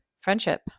Friendship